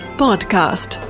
podcast